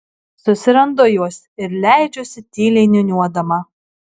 susirandu juos ir leidžiuosi tyliai niūniuodama